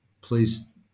Please